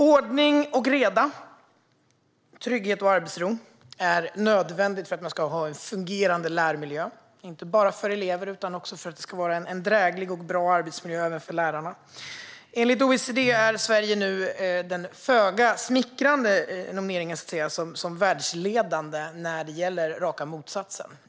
Ordning och reda, trygghet och arbetsro är nödvändigt för att man ska ha en fungerande lärmiljö. Det gäller inte bara för elever utan också för att det ska vara en dräglig och bra arbetsmiljö även för lärarna. Enligt OECD har Sverige den föga smickrande positionen som världsledande när det gäller raka motsatsen.